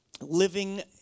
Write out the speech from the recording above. living